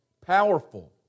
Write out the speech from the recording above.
powerful